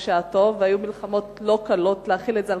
והיו מלחמות לא קלות להחיל את זה על